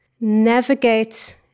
navigate